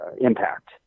impact